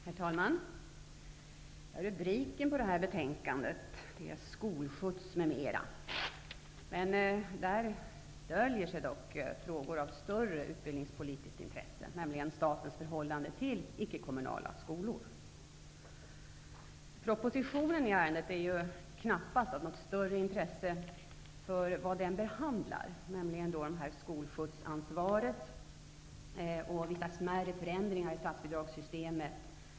Herr talman! Rubriken på detta betänkande är Skolskjuts m.m. I betänkandet döljer sig dock frågor av stort utbildningspolitiskt intresse, nämligen statens förhållande till icke-kommunala skolor. Propositionen som ligger till grund för betänkandet är knappast av något större intresse när det gäller vad som behandlas i den, nämligen ansvaret för skolskjuts och vissa smärre ändringar i statsbidragssystemet.